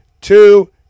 two